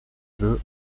veut